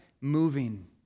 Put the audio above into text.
moving